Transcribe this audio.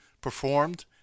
performed